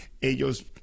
ellos